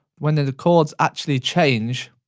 when the the chords actually change,